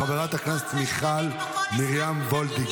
חברת הכנסת מיכל וולדיגר.